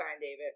David